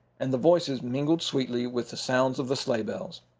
and the voices mingled sweetly with the sounds of the sleigh bells.